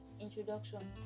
introduction